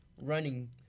running